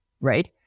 right